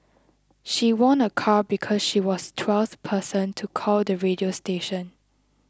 she won a car because she was twelfth person to call the radio station